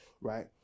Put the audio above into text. right